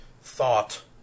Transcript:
thought